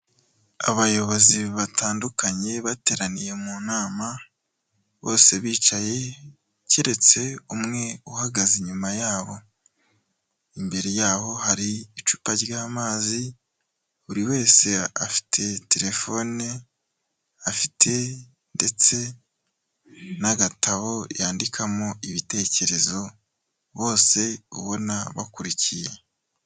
Abayobozi batandukanye bateraniye mu nama, bose bicaye keretse umwe uhagaze inyuma yabo, imbere yaho hari icupa ry'amazi buri wese afite telefone, afite ndetse n'agatabo yandikamo ibitekerezo, bose ubona bakurikiye.